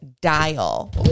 dial